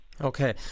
Okay